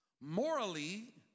Morally